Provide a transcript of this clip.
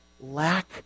lack